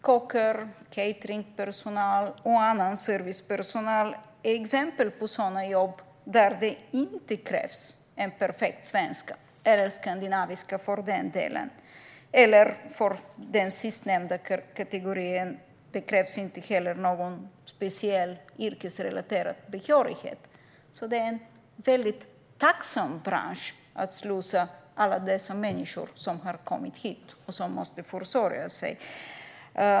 Kockar, cateringpersonal och annan servicepersonal är exempel på sådana jobb där det inte krävs en perfekt svenska eller skandinaviska för den delen. För den sistnämnda kategorin krävs det inte heller någon speciell yrkesrelaterad behörighet. Det är en väldigt tacksam bransch när det gäller att slussa in alla dessa människor som har kommit hit och som måste försörja sig.